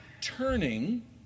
turning